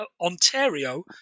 Ontario